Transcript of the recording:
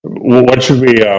what should we.